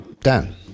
Dan